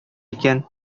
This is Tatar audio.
икән